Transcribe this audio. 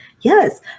Yes